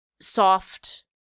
soft